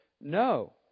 No